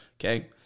Okay